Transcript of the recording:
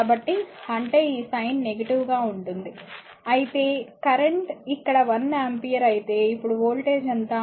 కాబట్టి అంటే ఈ సైన్ నెగిటివ్ గా ఉంటుంది అయితే కరెంట్ ఇక్కడ 1 ఆంపియర్ అయితే ఇప్పుడు వోల్టేజ్ ఎంత